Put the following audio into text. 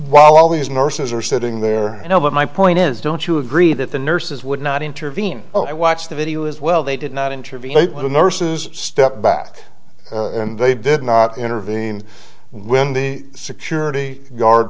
while all these nurses are sitting there you know but my point is don't you agree that the nurses would not intervene oh i watched the video as well they did not intervene when nurses stepped back and they did not intervene when the security guard